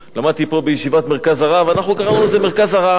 למדתי פה בישיבת "מרכז הרב"; אנחנו קראנו לזה: מרכז הרעב.